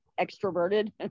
extroverted